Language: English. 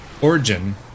origin